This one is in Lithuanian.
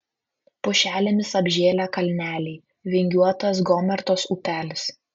pušelėmis apžėlę kalneliai vingiuotas gomertos upelis